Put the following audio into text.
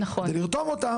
בכדי לרתום אותם,